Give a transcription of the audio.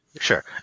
Sure